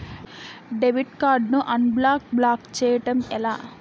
Debit card ను unblock block చేయటం ఎలా?